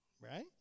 right